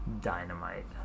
dynamite